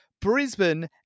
Brisbane